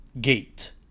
gate